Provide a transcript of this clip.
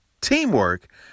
teamwork